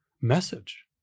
message